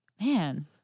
Man